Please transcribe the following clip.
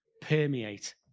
permeate